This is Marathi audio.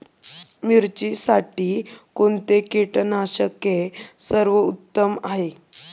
मिरचीसाठी कोणते कीटकनाशके सर्वोत्तम आहे?